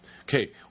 Okay